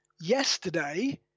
yesterday